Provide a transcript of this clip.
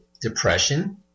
depression